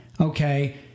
Okay